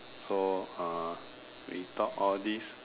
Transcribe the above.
so uh we talk all this